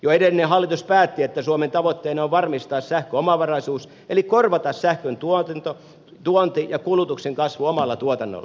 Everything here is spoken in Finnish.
jo edellinen hallitus päätti että suomen tavoitteena on varmistaa sähköomavaraisuus eli korvata sähkön tuonti ja kulutuksen kasvu omalla tuotannolla